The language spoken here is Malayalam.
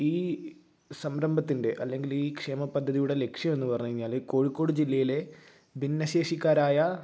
ഈ സംരംഭത്തിൻ്റെ അല്ലെങ്കിൽ ഈ ക്ഷേമ പദ്ധതിയുടെ ലക്ഷ്യം എന്ന് പറഞ്ഞാല് കോഴിക്കോട് ജില്ലയിലെ ഭിന്നശേഷിക്കാരായ